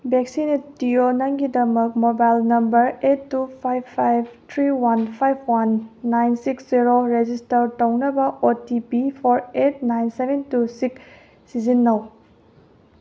ꯕꯦꯛꯁꯤꯅꯦꯇ꯭ꯌꯣ ꯅꯪꯒꯤꯗꯃꯛ mobile number eight two five five three one five one nine six zero register ꯇꯧꯅꯕ O T P four eight nine seven two six ꯁꯤꯖꯤꯟꯅꯧ